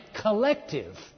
collective